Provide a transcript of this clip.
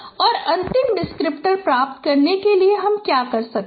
और अंतिम डिस्क्रिप्टर प्राप्त करने के लिए हम क्या करते हैं